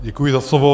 Děkuji za slovo.